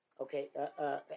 Okay